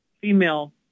female